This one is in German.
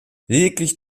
lediglich